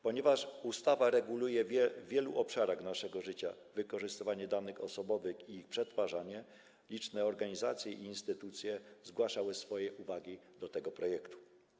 Ponieważ ustawa reguluje w wielu obszarach naszego życia wykorzystywanie danych osobowych i ich przetwarzanie, liczne organizacje i instytucje zgłaszały swoje uwagi do tego projektu.